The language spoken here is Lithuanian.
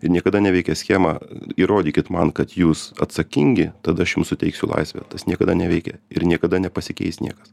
niekada neveikia schema įrodykit man kad jūs atsakingi tada aš jums suteiksiu laisvę tas niekada neveikė ir niekada nepasikeis niekas